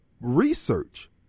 research